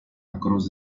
across